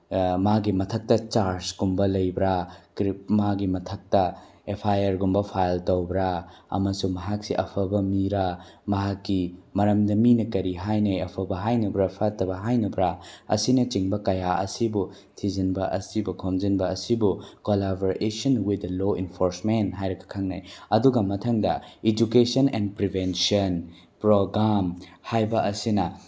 ꯃꯥꯒꯤ ꯃꯊꯛꯇ ꯆꯥꯔꯖꯀꯨꯝꯕ ꯂꯩꯕ꯭ꯔꯥ ꯃꯥꯒꯤ ꯃꯊꯛꯇ ꯑꯦꯐ ꯑꯥꯏ ꯑꯥꯔꯒꯨꯝꯕ ꯐꯥꯏꯜ ꯇꯧꯕ꯭ꯔꯥ ꯑꯃꯁꯨꯡ ꯃꯍꯥꯛꯁꯤ ꯑꯐꯕ ꯃꯤꯔꯥ ꯃꯍꯥꯛꯀꯤ ꯃꯔꯝꯗ ꯃꯤꯅ ꯀꯔꯤ ꯍꯥꯏꯅꯩ ꯑꯐꯕ ꯍꯥꯏꯅꯕ꯭ꯔꯥ ꯐꯠꯇꯕ ꯍꯥꯏꯅꯕ꯭ꯔꯥ ꯑꯁꯤꯅꯆꯤꯡꯕ ꯀꯌꯥ ꯑꯁꯤꯕꯨ ꯊꯤꯖꯤꯟꯕ ꯑꯁꯤꯕꯨ ꯈꯣꯝꯖꯤꯟꯕ ꯑꯁꯤꯕꯨ collaboration with the law enforcement ꯍꯥꯏꯔꯒ ꯈꯪꯅꯩ ꯑꯗꯨꯒ ꯃꯊꯪꯗ ꯏꯗꯨꯀꯦꯁꯟ ꯑꯦꯟ ꯄ꯭ꯔꯤꯚꯦꯟꯁꯟ ꯄ꯭ꯔꯣꯒꯥꯝ ꯍꯥꯏꯕ ꯑꯁꯤꯅ